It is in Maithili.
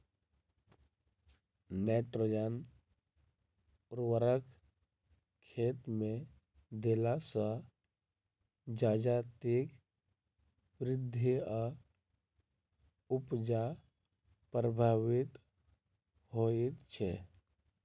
नाइट्रोजन उर्वरक खेतमे देला सॅ जजातिक वृद्धि आ उपजा प्रभावित होइत छै